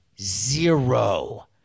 Zero